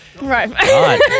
Right